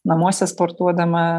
namuose sportuodama